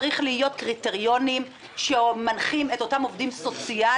צריכים להיות קריטריונים שמנחים את אותם עובדים סוציאליים,